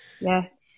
Yes